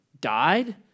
died